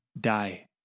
die